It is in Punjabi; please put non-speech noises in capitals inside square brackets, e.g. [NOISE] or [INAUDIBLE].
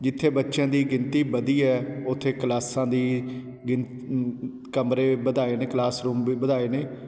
ਜਿੱਥੇ ਬੱਚਿਆਂ ਦੀ ਗਿਣਤੀ ਵਧੀ ਹੈ ਉੱਥੇ ਕਲਾਸਾਂ ਦੀ [UNINTELLIGIBLE] ਕਮਰੇ ਵਧਾਏ ਨੇ ਕਲਾਸਰੂਮ ਵੀ ਵਧਾਏ ਨੇ